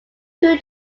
two